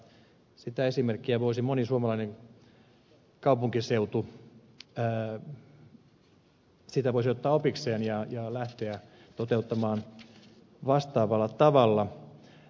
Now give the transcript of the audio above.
siitä esimerkistä voisi moni suomalainen kaupunkiseutu ottaa opikseen ja lähteä toteuttamaan vastaavalla tavalla